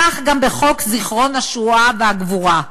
כך גם בחוק זיכרון השואה והגבורה.